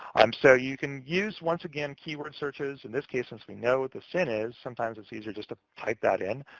um so you can use, once again, keyword searches. in this case, since we know what the sin is, sometimes it's easier just to ah type that in,